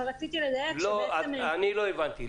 לא הבנתי.